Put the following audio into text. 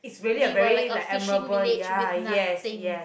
we were like a fishing village with nothing